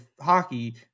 hockey